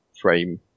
frame